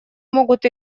могут